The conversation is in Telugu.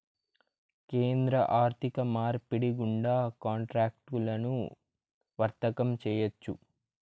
కేంద్ర ఆర్థిక మార్పిడి గుండా కాంట్రాక్టులను వర్తకం చేయొచ్చు